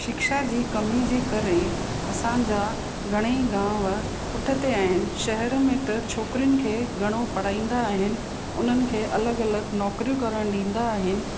शिक्षा जी कमी जी करे असांजा घणे ई गाम पुठिते आहिनि शहर में त छोकिरियुनि खे घणो पढ़ाईंदा आहिनि उन्हनि खे अलॻि अलॻि नौकरियूं करणु ॾींदा आहिनि